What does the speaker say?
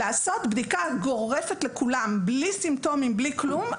לעשות בדיקה גורפת לכולם בלי סימפטומים ובלי כלום,